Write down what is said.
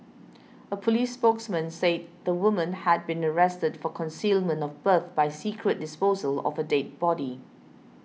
a police spokesman said the woman had been arrested for concealment of birth by secret disposal of a dead body